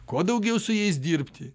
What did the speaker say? kuo daugiau su jais dirbti